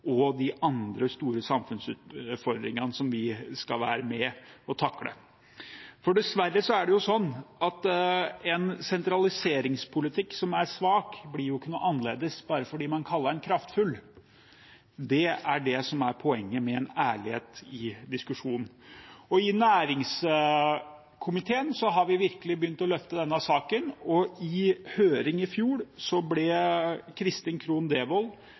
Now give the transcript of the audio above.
og de andre store samfunnsutfordringene som vi skal være med og takle. Det er dessverre sånn at en sentraliseringspolitikk som er svak, ikke blir noe annerledes bare fordi man kaller den kraftfull. Det er det som er poenget med en ærlighet i diskusjonen. I næringskomiteen har vi virkelig begynt å løfte denne saken. I en høring i fjor ble Kristin Krohn Devold